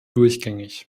durchgängig